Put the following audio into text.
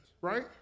right